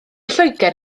lloegr